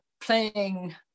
playing